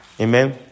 Amen